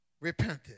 repented